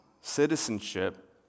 citizenship